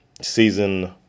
season